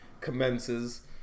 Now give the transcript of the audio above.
commences